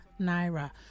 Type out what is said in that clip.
Naira